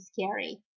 scary